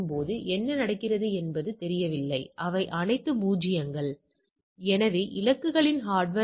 இந்த A என்பது கீழ் எல்லை அது இடது புற தீர்மான எல்லை மதிப்பில் இருக்கும்